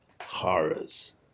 horrors